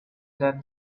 then